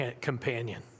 companion